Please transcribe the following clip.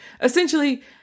Essentially